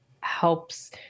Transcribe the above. helps